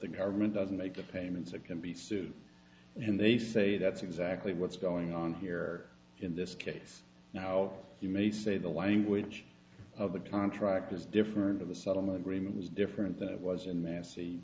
the government doesn't make the payments it can be sued and they say that's exactly what's going on here in this case now you may say the language of the contract is different of the settlement agreement is different than it was in mass